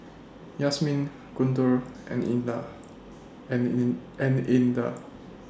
Yasmin Guntur and Indah and in and Indah